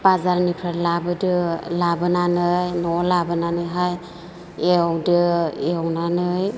बाजारनिफ्राय लाबोदो लाबोनानै न'आव लाबोनानैहाय एवदो एवनानै